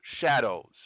Shadows